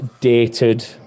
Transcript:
dated